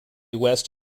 west